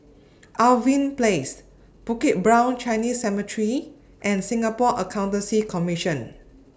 Irving Place Bukit Brown Chinese Cemetery and Singapore Accountancy Commission